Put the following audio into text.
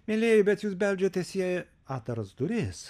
mielieji bet jūs beldžiatės į atdaras duris